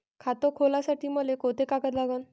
खात खोलासाठी मले कोंते कागद लागन?